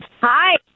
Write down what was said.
Hi